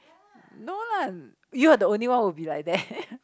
no lah you are the only one who will be like that